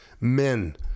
men